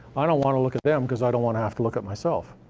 i don't wanna look at them because i don't wanna have to look at myself.